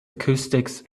acoustics